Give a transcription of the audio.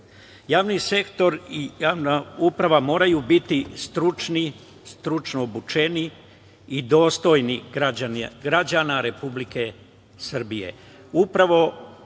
sektor i javna uprava moraju biti stručni, stručno obučeni i dostojni građana Republike Srbije.